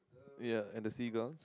ya at the sea ground